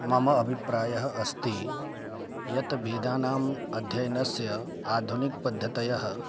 मम अभिप्रायः अस्ति यत् वेदानाम् अध्ययनस्य आधुनिकपद्धतयः